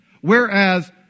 Whereas